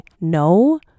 no